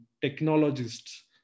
technologists